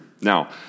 Now